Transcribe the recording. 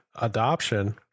adoption